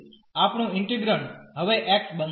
તેથી આપણું ઇન્ટિગ્રેન્ડ હવે x બનશે